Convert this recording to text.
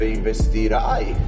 investirai